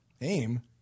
AIM